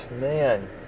man